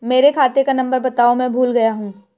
मेरे खाते का नंबर बताओ मैं भूल गया हूं